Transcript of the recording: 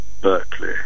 Berkeley